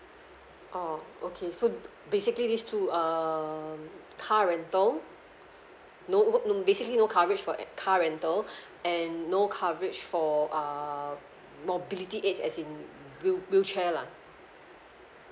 oh okay so basically these two um car rental no basically no coverage for err car rental and no coverage for um mobility aids as in blue blue chair lah